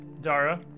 Dara